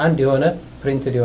i'm doing it printed